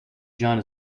john